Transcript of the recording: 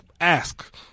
ask